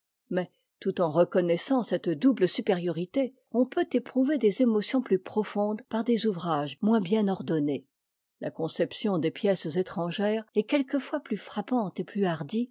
mais tout en reconnaissant cette double supériorité on peut éprouver des émotions plus profondes par des ouvrages moins bien ordonnés la conception des pièces étrangères est quelquefois plus frappante et plus hardie